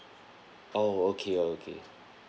oh okay okay